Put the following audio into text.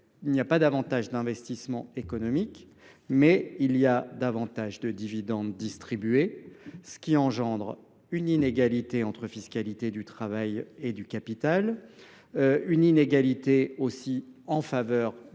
a non pas davantage d’investissements économiques, mais davantage de dividendes distribués, ce qui engendre une inégalité entre fiscalité du travail et du capital, une inégalité en faveur